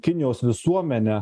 kinijos visuomene